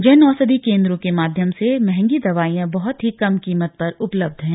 जन औषधि केंद्रों के माध्यम से मंहगी दवाइयां बहत ही कम कीमत पर उपलब्ध है